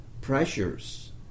pressures